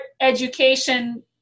education